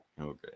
Okay